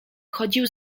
chodził